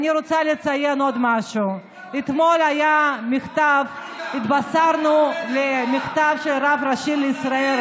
העולם הוא לא הפקר, יוליה.